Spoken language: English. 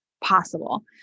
possible